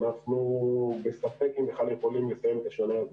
אנחנו בספק אם בכלל אנחנו יכולים לסיים את השנה הזו.